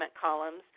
columns